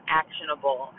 actionable